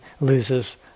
loses